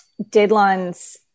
deadlines